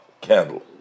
candle